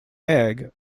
egg